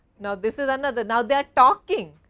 now, this is another, now they are talking,